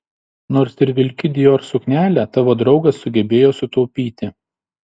nors ir vilki dior suknelę tavo draugas sugebėjo sutaupyti